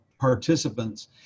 participants